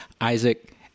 isaac